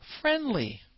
friendly